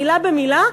מילה במילה,